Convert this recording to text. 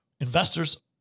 investors